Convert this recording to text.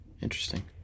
interesting